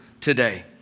today